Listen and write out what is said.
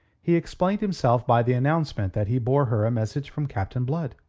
he explained himself by the announcement that he bore her a message from captain blood.